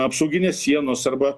apsauginės sienos arba